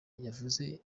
yavuze